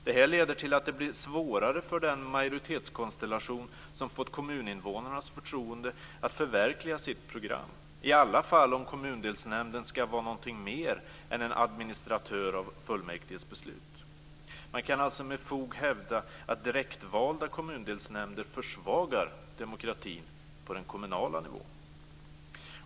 Detta leder till att det blir svårare för den majoritetskonstellation som fått kommuninvånarnas förtroende att förverkliga sitt program, i alla fall om kommundelsnämnden skall vara något mer än en administratör av fullmäktiges beslut. Man kan alltså med fog hävda att direktvalda kommundelsnämnder försvagar demokratin på den kommunala nivån.